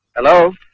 hello?